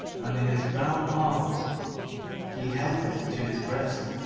and in his brown arms he held it to his breast.